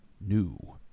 new